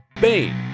Bane